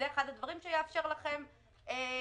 זה אחד הדברים שיאפשר לכם לשקול